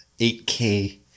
8k